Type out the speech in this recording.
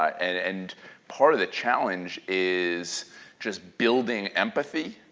and and part of the challenge is just building empathy,